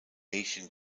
asian